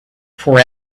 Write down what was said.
for